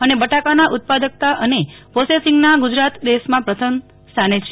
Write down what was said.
અને બટાકાના ઉત્પાદકતા અને પોસેસિંગમાં ગુજરાત દેશમાં પ્રથમ સ્થાને છે